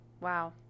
wow